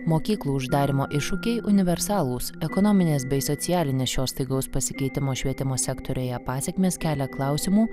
mokyklų uždarymo iššūkiai universalūs ekonominės bei socialinės šio staigaus pasikeitimo švietimo sektoriuje pasekmės kelia klausimų